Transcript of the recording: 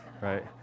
right